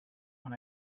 when